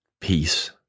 peace